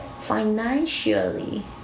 financially